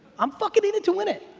i'm fucking in it to win it.